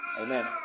amen